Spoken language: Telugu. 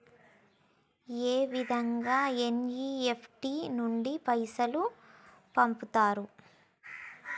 ఏ విధంగా ఎన్.ఇ.ఎఫ్.టి నుండి పైసలు పంపుతరు?